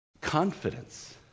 confidence